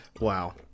Wow